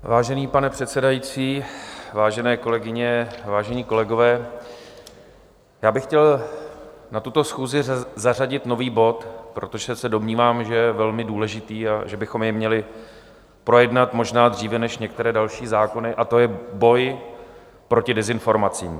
Vážený pane předsedající, vážené kolegyně, vážení kolegové, já bych chtěl na tuto schůzi zařadit nový bod, protože se domnívám, že je velmi důležitý a že bychom jej měli projednat možná dříve než některé další zákony, a to je boj proti dezinformacím.